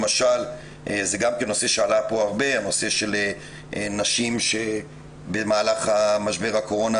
נושא שעלה פה הרבה נוגע לנשים שבמהלך משבר הקורונה,